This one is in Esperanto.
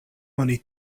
oni